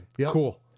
Cool